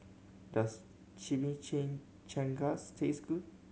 does Chimichangas taste good